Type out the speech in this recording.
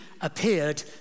appeared